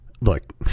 look